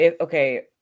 okay